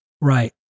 Right